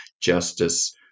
justice